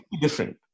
different